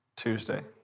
Tuesday